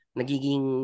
nagiging